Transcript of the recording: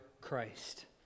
Christ